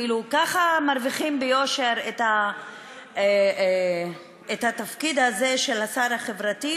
כאילו ככה מרוויחים ביושר את התפקיד הזה של השר החברתי,